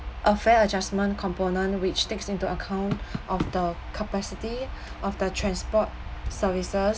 a fare adjustment component which takes into account of the capacity of the transport services